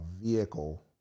vehicle